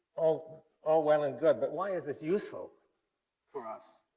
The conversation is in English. all all well and good, but why is this useful for us?